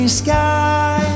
sky